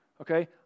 Okay